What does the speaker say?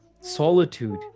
solitude